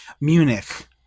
Munich